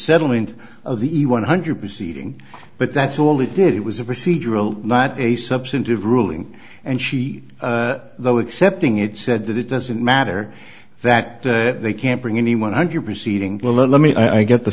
settlement of the one hundred proceeding but that's all it did it was a procedural not a substantive ruling and she though accepting it said that it doesn't matter that they can't bring in the one hundred proceeding well let me get the